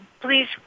please